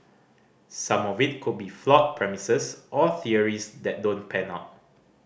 some of it could be flawed premises or theories that don't pan out